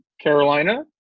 Carolina